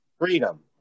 Freedom